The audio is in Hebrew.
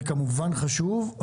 זה כמובן חשוב,